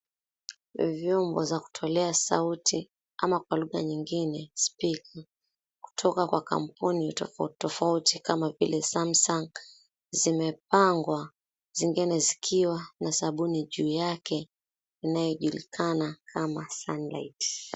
Vyombo za kutolea sauti ama kwa lugha nyingine, speaker kutoka kwa kampuni tofauti tofauti kama vile Samsung zimepangwa na zingine zikiwa na sabuni juu yake inayojulikana kama Sunlight .